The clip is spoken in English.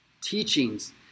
teachings